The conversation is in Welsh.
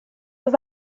oedd